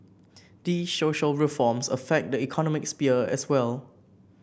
these social reforms affect the economic sphere as well